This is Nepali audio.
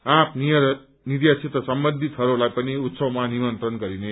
आँप निर्यातसित सम्बन्धितहरूलाई पनि उत्सवमा निमन्त्रण गरिनेछ